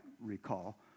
recall